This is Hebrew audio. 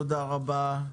תודה רבה.